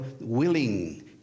willing